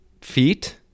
feet